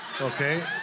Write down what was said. okay